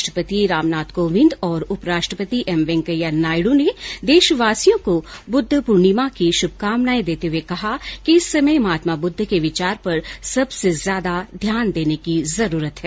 राष्ट्रपति रामनाथ कोविंद और उपराष्ट्रपति एम वैंकेया नायडू ने देशवासियों को बुद्ध पूर्णिमा की श्भकामनाए देते हुए कहा है कि इस समय महत्मा बुद्ध के विचार पर सबसे ज्यादा ध्यान देने की जरूरत है